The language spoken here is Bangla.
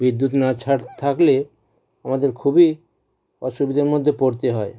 বিদ্যুৎ না ছাড় থাকলে আমাদের খুবই অসুবিধার মধ্যে পড়তে হয়